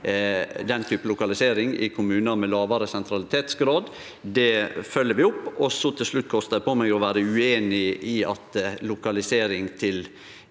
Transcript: den typen lokalisering i kommunar med lågare sentralitetsgrad. Det følgjer vi opp. Til slutt kostar eg på meg å vere ueinig i at lokalisering til